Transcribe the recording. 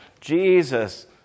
jesus